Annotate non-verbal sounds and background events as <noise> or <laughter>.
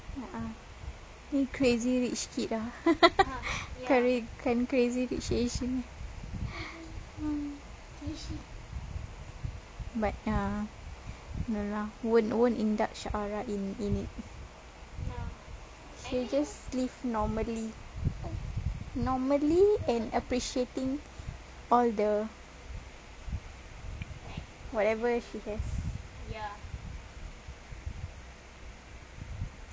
a'ah ni crazy rich kid ah <laughs> carry crazy rich asian but ya won't won't indulge aura in it just live normally normally and appreciating all the whatever that she has